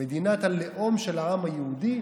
מדינת הלאום של העם היהודי?